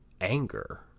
anger